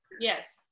Yes